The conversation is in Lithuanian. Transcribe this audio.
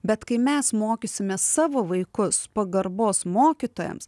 bet kai mes mokysime savo vaikus pagarbos mokytojams